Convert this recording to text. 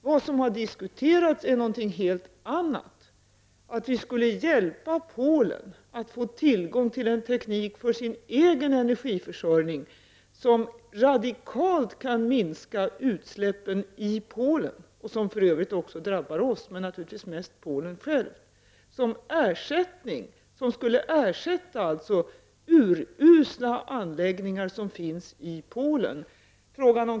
Vad som har diskuterats är något helt annat, nämligen att vi skulle hjälpa Polen att få tillgång till en teknik för landets egen energiförsörjning som radikalt skulle kunna minska utsläppen i Polen — utsläppen drabbar för övrigt även oss i Sverige, men naturligtvis drabbar de Polen mest — och som skulle ersätta urusla anläggningar som finns i Polen.